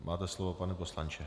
Máte slovo, pane poslanče.